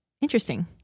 Interesting